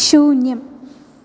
शून्यम्